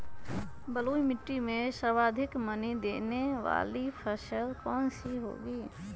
बलुई मिट्टी में सर्वाधिक मनी देने वाली फसल कौन सी होंगी?